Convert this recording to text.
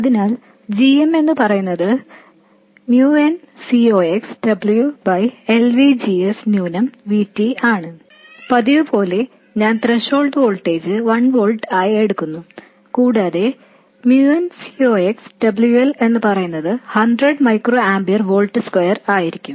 അതിനാൽ g m എന്നു പറയുന്നത് mu n C ox W L V G S minus V T ആണ് പതിവുപോലെ ഞാൻ ത്രെഷോൾഡ് വോൾട്ടേജ് 1 volt ആയി എടുക്കുന്നു കൂടാതെ mu n C ox W L എന്നു പറയുന്നത് 100 മൈക്രോ ആമ്പിയർ വോൾട്ട് സ്ക്വയർ ആയിരിക്കും